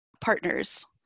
partners